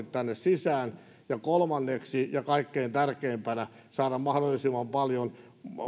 tänne sisään ja kolmanneksi ja kaikkein tärkeimpänä saada mahdollisimman paljon